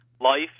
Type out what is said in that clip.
life